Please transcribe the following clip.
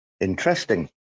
Interesting